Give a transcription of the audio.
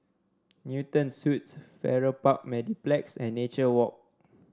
Newton Suites Farrer Park Mediplex and Nature Walk